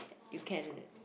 you can